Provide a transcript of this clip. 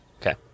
Okay